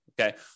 Okay